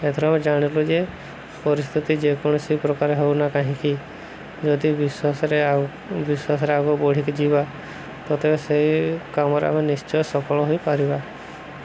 ଏଥିରୁ ଆମେ ଜାଣିଲୁ ଯେ ପରିସ୍ଥିତି ଯେକୌଣସି ପ୍ରକାର ହଉନା କାହିଁକି ଯଦି ବିଶ୍ୱାସରେ ଆଉ ବିଶ୍ୱାସରେ ଆଗ ବଢ଼ିକି ଯିବା ତତେ ସେଇ କାମରେ ଆମେ ନିଶ୍ଚୟ ସଫଳ ହୋଇପାରିବା